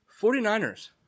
49ers